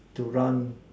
to run